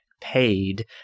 paid